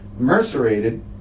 mercerated